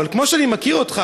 אבל כמו שאני מכיר אותך,